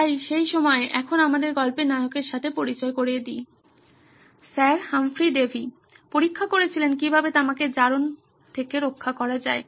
তাই সেই সময়ে এখন আমাদের গল্পের নায়কের সাথে পরিচয় করিয়ে দি স্যার হামফ্রি ডেভি পরীক্ষা করছিলেন কিভাবে তামাকে জারণ থেকে রক্ষা করা যায়